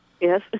Yes